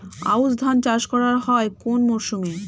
আউশ ধান চাষ করা হয় কোন মরশুমে?